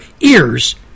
ears